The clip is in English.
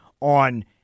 on